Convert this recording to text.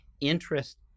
interest